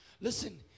Listen